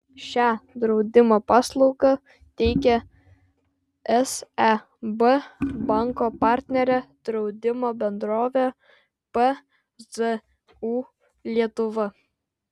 šią draudimo paslaugą teikia seb banko partnerė draudimo bendrovė pzu lietuva